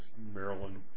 Maryland